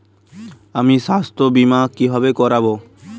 আমি স্বাস্থ্য বিমা কিভাবে করাব?